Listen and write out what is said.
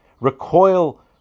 recoil